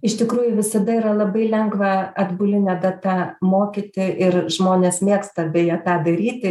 iš tikrųjų visada yra labai lengva atbuline data mokyti ir žmonės mėgsta beje tą daryti